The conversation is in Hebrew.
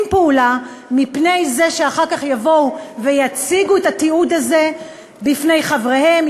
פעולה מפני זה שאחר כך יבואו ויציגו את התיעוד הזה בפני חבריהם,